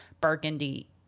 burgundy